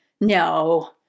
No